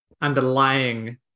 underlying